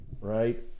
Right